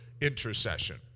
intercession